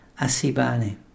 asibane